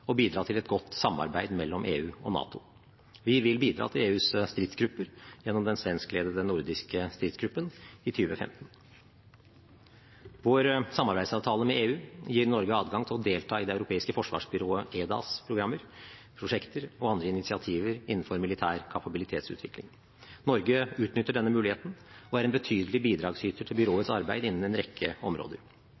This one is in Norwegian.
og bidra til et godt samarbeid mellom EU og NATO. Vi vil bidra til EUs stridsgrupper gjennom den svenskledete nordiske stridsgruppen i 2015. Vår samarbeidsavtale med EU gir Norge adgang til å delta i Det europeiske forsvarsbyrået EDAs programmer, prosjekter og andre initiativer innenfor militær kapabilitetsutvikling. Norge utnytter denne muligheten og er en betydelig bidragsyter til